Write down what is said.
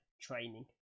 training